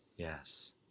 yes